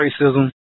racism